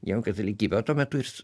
jau katalikybe o tuo metu jis